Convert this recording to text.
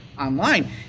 online